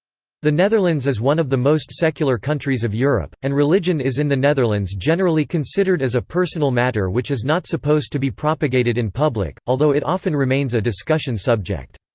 the netherlands is one of the most secular countries of europe, and religion is in the netherlands generally considered as a personal matter which is not supposed to be propagated in public, although it often remains a discussion subject.